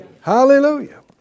Hallelujah